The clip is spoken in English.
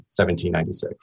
1796